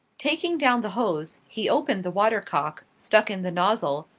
taking down the hose, he opened the watercock, stuck in the nozzle,